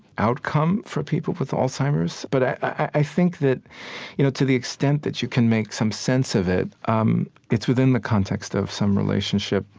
outcome for people with alzheimer's. but i think that you know to the extent that you can make some sense of it, um it's within the context of some relationship,